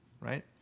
right